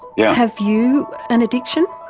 yeah have you an addiction?